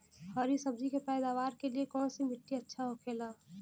हरी सब्जी के पैदावार के लिए कौन सी मिट्टी अच्छा होखेला?